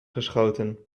geschoten